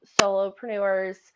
solopreneurs